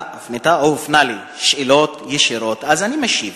הופנו לי שאלות ישירות, אז אני משיב.